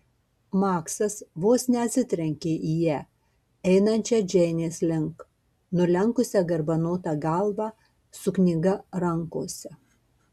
maksas vos neatsitrenkė į ją einančią džeinės link nulenkusią garbanotą galvą su knyga rankose